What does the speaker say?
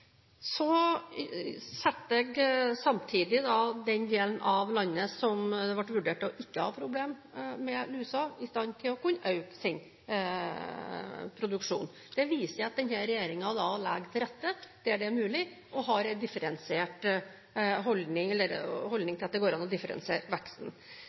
Så satte jeg samtidig den delen av landet som ble vurdert ikke å ha problem med lusen, i stand til å kunne øke sin produksjon. Det viser at denne regjeringen legger til rette der det er mulig, og har en holdning til at det går an å differensiere veksten.